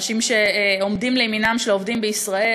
אנשים שעומדים לימינם של העובדים בישראל,